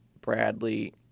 Bradley